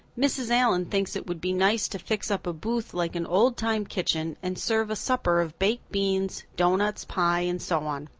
mrs. allan thinks it would be nice to fix up a booth like an old-time kitchen and serve a supper of baked beans, doughnuts, pie, and so on.